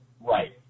Right